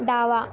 डावा